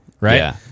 right